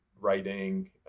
writing